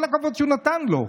כל הכבוד שהוא נתן לו,